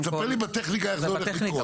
לא, תספר לי בטכניקה איך זה הולך לקרות.